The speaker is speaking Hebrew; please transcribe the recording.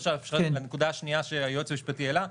לנקודה השנייה שהיועץ המשפטי העלה,